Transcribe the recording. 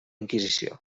inquisició